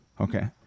okay